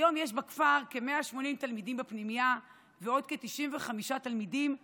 היום יש בכפר כ-180 תלמידים בפנימייה ועוד כ-95 תלמידים אקסטרניים,